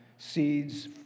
Seeds